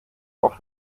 auch